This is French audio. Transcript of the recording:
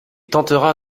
tentera